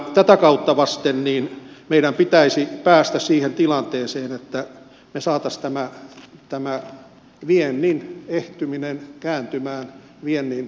tätä kautta vasten meidän pitäisi päästä siihen tilanteeseen että saataisiin tämä viennin ehtyminen kääntymään viennin lisäämiseksi